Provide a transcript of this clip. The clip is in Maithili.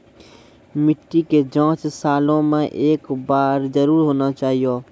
मिट्टी के जाँच सालों मे एक बार जरूर होना चाहियो?